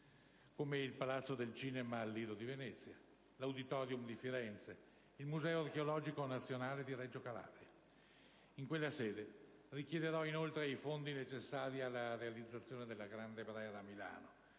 come il Palazzo del cinema al Lido di Venezia, l'*Auditorium* di Firenze, il Museo archeologico nazionale di Reggio Calabria; in quella sede richiederò inoltre i fondi necessari alla realizzazione della «Grande Brera» a Milano,